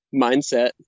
mindset